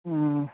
ꯑꯣ